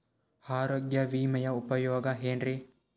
ಆರೋಗ್ಯ ವಿಮೆಯ ಉಪಯೋಗ ಏನ್ರೀ?